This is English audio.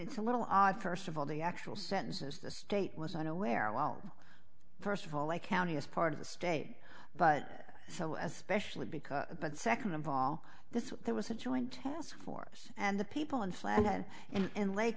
it's a little odd first of all the actual sentences the state was unaware well first of all i counted as part of the state but so especially because but second of all this there was a joint task force and the people in